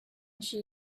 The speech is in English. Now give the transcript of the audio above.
she